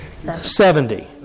Seventy